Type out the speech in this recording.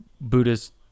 Buddhist